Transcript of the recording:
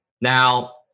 now